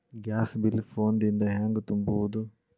Gas bill phone ದಿಂದ ಹ್ಯಾಂಗ ತುಂಬುವುದು?